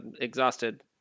Exhausted